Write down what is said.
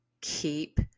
keep